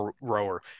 rower